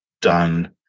done